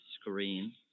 screen